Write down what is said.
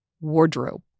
wardrobe